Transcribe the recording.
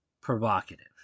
provocative